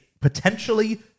potentially